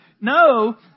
no